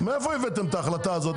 מאיפה הבאתם את ההחלטה הזאת?